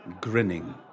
grinning